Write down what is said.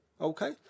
Okay